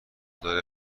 داره